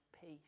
peace